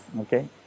Okay